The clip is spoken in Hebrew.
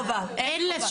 אין חובה, אין חובה.